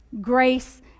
grace